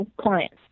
clients